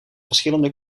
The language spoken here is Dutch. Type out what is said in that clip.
verschillende